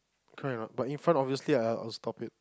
correct or not but if in front obviously I will stop it